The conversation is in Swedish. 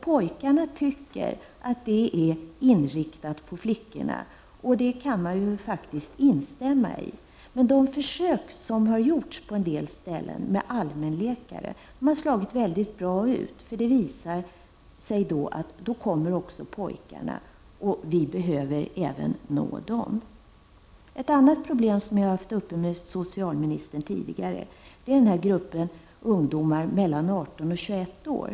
Pojkarna tycker då att verksamheten är inriktad på flickorna, och det kan man ju faktiskt instämma i. De försök som har gjorts på en del ställen med allmänläkare på dessa mottagningar har slagit mycket väl ut. Det visar sig nämligen då att också pojkarna kommer. Och vi behöver ju även nå dem. Ett annat problem som jag tidigare har diskuterat med socialministern är frågan om ungdomarna mellan 18 och 21 år.